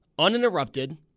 uninterrupted